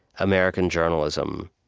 american journalism,